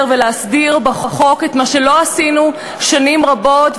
ולהסדיר בחוק את מה שלא עשינו שנים רבות,